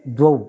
द्वौ